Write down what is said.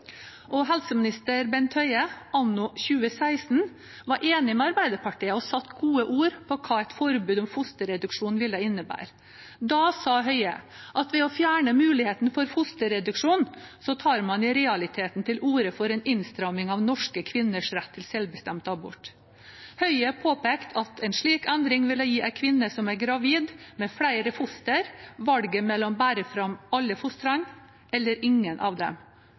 utfordret. Helseminister Bent Høie anno 2016 var enig med Arbeiderpartiet og satte gode ord på hva et forbud om fosterreduksjon ville innebære. Da sa Høie at man ved å fjerne muligheten for fosterreduksjon i realiteten tar til orde for en innstramming av norske kvinners rett til selvbestemt abort. Høie påpekte at en slik endring ville gi en kvinne som er gravid med flere fostre, valget mellom enten å bære fram alle fostrene eller ingen av dem